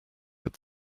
had